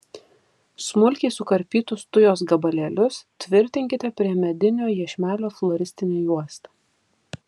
smulkiai sukarpytus tujos gabalėlius tvirtinkite prie medinio iešmelio floristine juosta